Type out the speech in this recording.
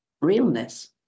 realness